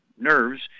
nerves